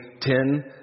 ten